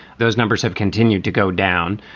those numbers have continued to go down.